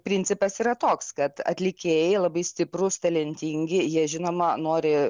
principas yra toks kad atlikėjai labai stiprūs talentingi jie žinoma nori